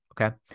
Okay